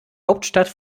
hauptstadt